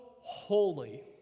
holy